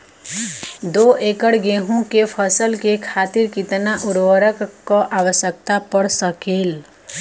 दो एकड़ गेहूँ के फसल के खातीर कितना उर्वरक क आवश्यकता पड़ सकेल?